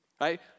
right